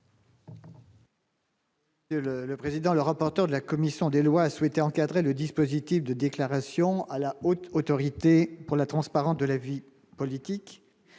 Le le président, le rapporteur de la commission des lois a souhaité encadrer le dispositif de déclaration à la Haute autorité pour la transparence de la vie politique